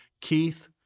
Keith